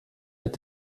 mit